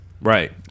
Right